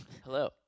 Hello